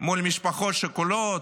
מול משפחות שכולות,